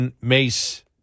Mace